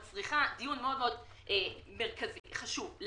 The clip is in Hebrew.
שמצריכה דיון מאוד מאוד מרכזי וחשוב.